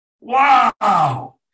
Wow